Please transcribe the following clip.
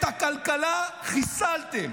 את הכלכלה חיסלתם,